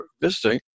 visiting